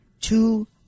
two